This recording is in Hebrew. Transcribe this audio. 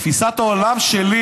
תפיסת העולם שלי,